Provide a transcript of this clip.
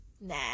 nah